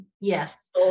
Yes